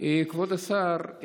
כבוד השר,